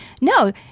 no